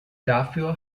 dafür